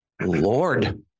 Lord